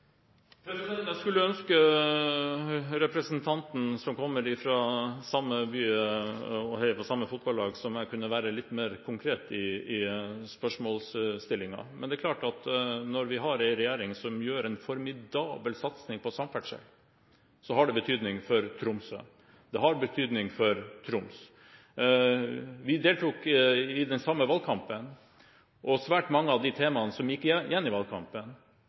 Jeg skulle ønske representanten som kommer fra samme by og heier på fotballag som meg, kunne være litt mer konkret i spørsmålsstillingen. Det er klart at når vi har en regjering som har en formidabel satsing på samferdsel, har det betydning for Tromsø, og det har betydning for Troms. Vi deltok i den samme valgkampen, og svært mange av de temaene som gikk igjen da, var satsing på samferdsel, dvs. mangel på satsing på samferdsel i